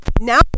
now